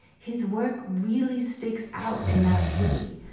his work really sticks out in that city.